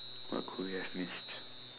what could we have missed